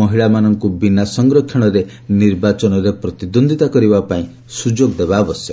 ମହିଳାମାନଙ୍କୁ ବିନା ସଂରକ୍ଷଣରେ ନିର୍ବାଚନରେ ପ୍ରତିଦ୍ୱନ୍ଦ୍ୱିତା କରିବା ପାଇଁ ସୁଯୋଗ ଦେବା ଆବଶ୍ୟକ